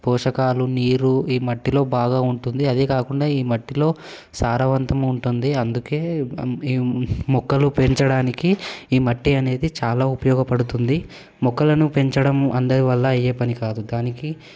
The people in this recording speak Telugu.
పోషకాలు నీరు ఈ మట్టిలో బాగా ఉంటుంది అదే కాకుండా ఈ మట్టిలో సారవంతం ఉంటుంది అందుకే మొక్కలు పెంచడానికి ఈ మట్టి అనేది చాలా ఉపయోగపడుతుంది మొక్కలను పెంచడం అందరివల్ల అయ్యే పని కాదు దానికి